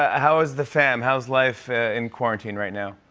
ah how is the fam? how's life in quarantine right now?